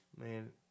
man